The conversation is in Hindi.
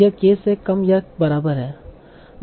यह k से कम या बराबर है